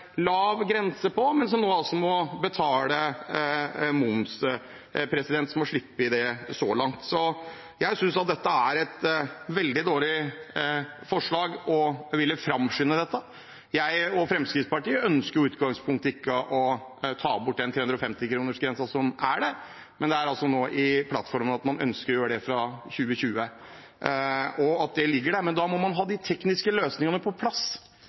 lav grense på, men som nå må betale moms, som de så langt har sluppet. Så jeg synes det er et veldig dårlig forslag å ville framskynde dette. Jeg og Fremskrittspartiet ønsket i utgangspunktet ikke å ta bort den 350-kronersgrensen som er der, men det ligger i plattformen at man ønsker å gjøre det fra 2020. Men da må man ha de tekniske løsningene på plass,